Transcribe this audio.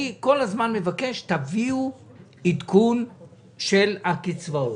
אני מבקש כל הזמן שיביאו עדכון של הקצבאות.